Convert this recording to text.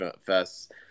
fest